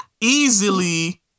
easily